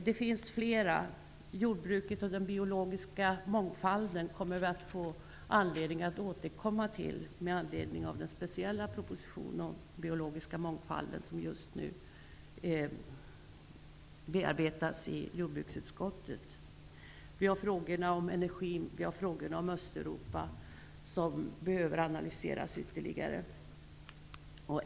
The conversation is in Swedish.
Det finns flera sådana frågor. Vi får anledning att återkomma till jordbruket och den biologiska mångfalden med anledning av den speciella proposition om den biologiska mångfalden som just nu bearbetas i jordbruksutskottet. Också energifrågorna och spörsmålet om Östeuropa behöver analyseras ytterligare.